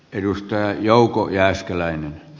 arvoisa herra puhemies